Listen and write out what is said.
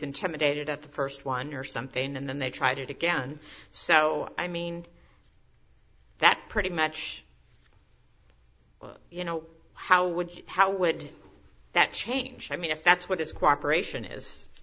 intimidated at the st one or something and then they tried it again so i mean that pretty much you know how would how would that change i mean if that's what this cooperation